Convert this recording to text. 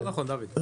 זה לא נכון, דוד.